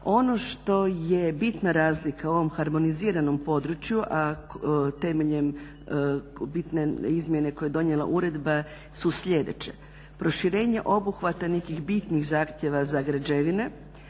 Ono što je bitna razlika u ovom harmoniziranom području, a temeljem bitne izmjene koje je donijela uredba su sljedeće, proširenje obuhvata nekih bitnih zahtjeva za građevine,